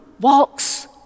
walks